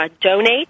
donate